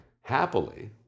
Happily